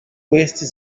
estis